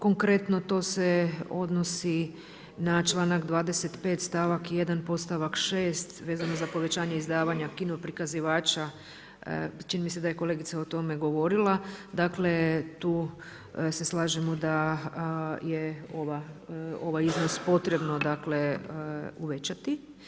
Konkretno to se odnosi na članak 25. stavak 1, podstavak 6. vezano za povećanje izdavanja kinoprikazivača, čini mi se da je kolegica o tome govorila, dakle tu se slažemo da je ovaj iznos potrebno uvećati.